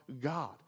God